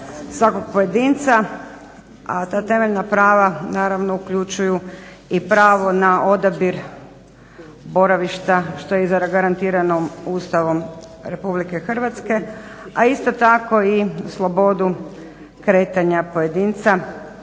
svakog pojedinca, a ta temeljna prava naravno uključuju i pravo na odabir boravišta što je zagarantirano Ustavom RH a isto tako i slobodu kretanja pojedinca